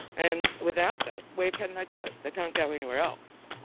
and without that, where can they go, they can't go anywhere else.